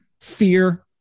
fear